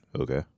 Okay